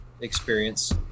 experience